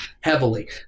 heavily